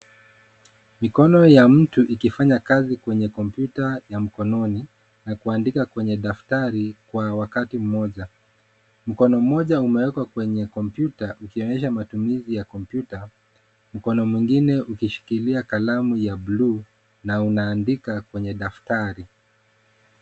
Mikono ya mtu ikifanya kazi kwa kompyuta ya mkononi na kuandika kwenye daftari kwa wakati mmoja. Mkono mmoja umewekwa kwenye kompyuta ukionyesha matumizi ya kompyuta. Mkono mwingine ukishikilia kalamu ya buluu na unaandika kwenye daftari.